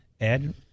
Ed